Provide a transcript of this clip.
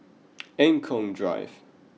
Eng Kong Drive